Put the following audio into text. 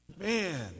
Man